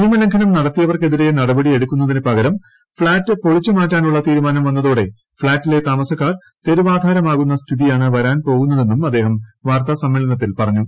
നിയമലംഘനം നടത്തിയവർക്കെതിരെ നടപടി എടുക്കുന്നുതിന് പകരം ഫ്ളാറ്റ് പൊളിച്ചുമാറ്റാനുള്ള തീരുമാനം വന്ന്തോടെ ഫ്ളാറ്റിലെ താമസക്കാർ തെരുവാധാരമാകുന്ന വരാൻ പോകുന്നതെന്നും അദ്ദേഹം വാർത്താ സമ്മേളനത്തിൽ പറഞ്ഞു